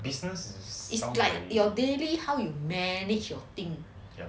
business is like your daily how you manage your thing